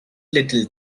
little